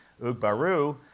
Ugbaru